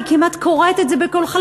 אני כמעט קוראת את זה בקולך.